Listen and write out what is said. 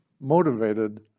motivated